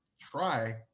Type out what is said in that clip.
try